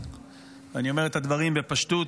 אני אומר את הדברים בפשטות,